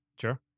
Sure